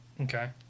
Okay